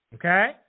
Okay